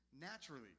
naturally